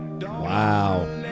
Wow